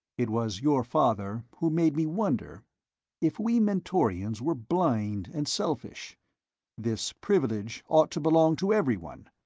it was your father who made me wonder if we mentorians were blind and selfish this privilege ought to belong to everyone,